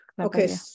Okay